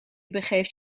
begeeft